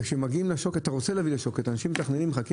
וכשמגיעים לשוקת אנשים מתכננים ומחכים